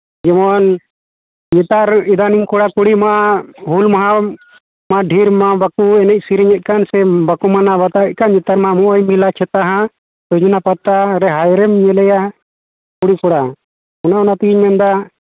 ᱡᱮᱢᱚᱱ ᱱᱮᱛᱟᱨ ᱤᱫᱟᱱᱤᱝ ᱠᱚᱲᱟᱼᱠᱩᱲᱤ ᱢᱟ ᱦᱩᱞ ᱢᱟᱦᱟ ᱰᱷᱮᱨ ᱢᱟ ᱵᱟᱠᱚ ᱮᱱᱮᱡ ᱥᱮᱨᱮᱧᱮᱫ ᱠᱟᱱ ᱥᱮ ᱵᱟᱠᱚ ᱢᱟᱱᱟᱣ ᱵᱟᱛᱟᱣᱮᱫ ᱠᱟᱱ ᱱᱮᱛᱟᱨ ᱢᱟ ᱱᱚᱜᱼᱚᱭ ᱢᱮᱞᱟ ᱪᱷᱟᱛᱟ ᱦᱟᱸᱜ ᱥᱚᱡᱽᱱᱟ ᱯᱟᱛᱟᱨᱮ ᱦᱟᱭᱨᱮᱢ ᱧᱮᱞᱮᱭᱟ ᱠᱩᱲᱤ ᱚᱱᱮ ᱚᱱᱟ ᱛᱮᱜᱤᱧ ᱢᱮᱱᱫᱟ